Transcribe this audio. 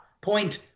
Point